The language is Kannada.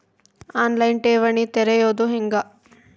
ಆನ್ ಲೈನ್ ಠೇವಣಿ ತೆರೆಯೋದು ಹೆಂಗ?